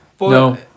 No